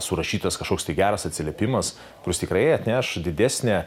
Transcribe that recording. surašytas kažkoks tai geras atsiliepimas kuris tikrai atneš didesnę